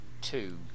Two